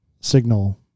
signal